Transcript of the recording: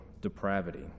depravity